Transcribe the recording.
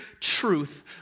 truth